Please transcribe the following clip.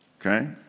Okay